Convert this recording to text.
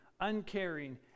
uncaring